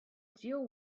deal